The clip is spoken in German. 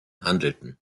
handelten